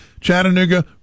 Chattanooga